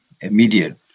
immediate